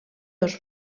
dos